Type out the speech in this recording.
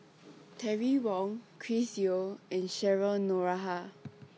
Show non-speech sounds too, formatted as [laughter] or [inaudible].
[noise] Terry Wong Chris Yeo and Cheryl Noronha